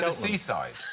so seaside.